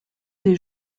des